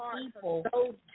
people